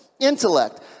Intellect